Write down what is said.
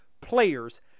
players